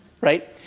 right